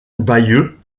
bayeux